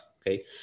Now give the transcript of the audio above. Okay